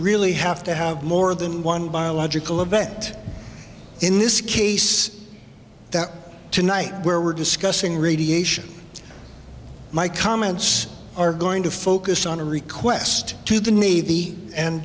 really have to have more than one biological event in this case that tonight where we're discussing radiation my comments are going to focus on a request to the